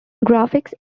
graphics